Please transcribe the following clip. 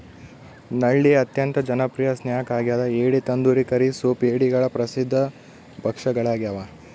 ನಳ್ಳಿ ಅತ್ಯಂತ ಜನಪ್ರಿಯ ಸ್ನ್ಯಾಕ್ ಆಗ್ಯದ ಏಡಿ ತಂದೂರಿ ಕರಿ ಸೂಪ್ ಏಡಿಗಳ ಪ್ರಸಿದ್ಧ ಭಕ್ಷ್ಯಗಳಾಗ್ಯವ